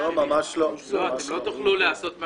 לא תהיה לי ברירה.